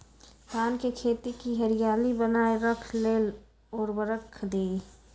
धान के खेती की हरियाली बनाय रख लेल उवर्रक दी?